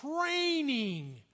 training